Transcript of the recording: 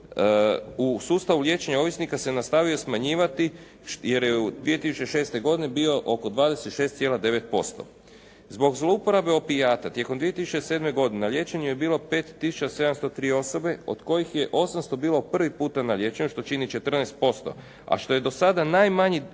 u sustavu liječenja ovisnika se nastavio smanjivati jer je u 2006. godini bio oko 26,9%. Zbog zlouporabe opijata tijekom 2007. godine na liječenju je bilo 5 tisuća 703 osobe od kojih je 800 bilo prvi puta na liječenju što čini 14%, a što je do sada najmanji udio